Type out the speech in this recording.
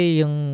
yung